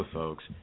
folks